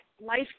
life